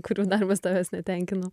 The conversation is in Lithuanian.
kurių darbas tavęs netenkino